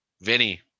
Vinny